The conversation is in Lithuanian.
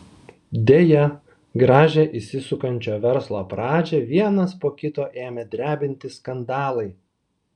deja gražią įsisukančio verslo pradžią vienas po kito ėmė drebinti skandalai